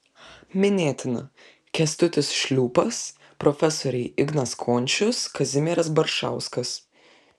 minėtini kęstutis šliūpas profesoriai ignas končius kazimieras baršauskas